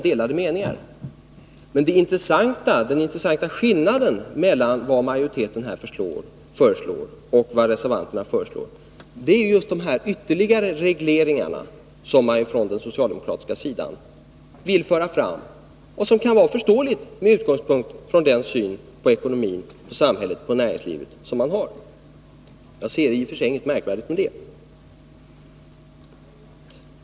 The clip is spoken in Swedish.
Den intressanta skillnaden mellan majoritetens och reservanternas förslag är emellertid just de ytterligare förslag till regleringar som socialdemokraterna vill föra fram. Det är förståeligt med utgångspunkt från den syn på ekonomin, samhället och näringslivet som man har. Jag ser i och för sig inget märkligt i det.